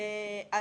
אז